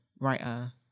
writer